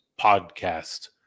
podcast